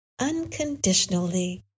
unconditionally